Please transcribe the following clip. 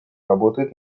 работают